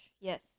yes